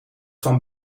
van